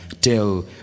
till